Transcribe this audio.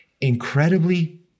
incredibly